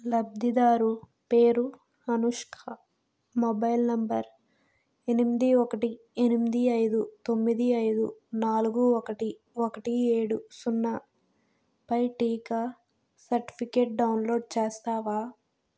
లబ్ధిదారు పేరు Anushka mobile number ఎనిమిది ఒకటి ఎనిమిది ఐదు తొమ్మిది ఐదు నాలుగు ఒకటి ఒకటి ఏడు సున్నా పై టీకా సర్టిఫికేట్ డౌన్లోడ్ చేస్తావా